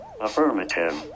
affirmative